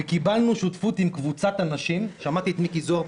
קיבלנו שותפות עם קבוצת אנשים שמעתי קודם את מיקי זוהר,